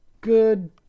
good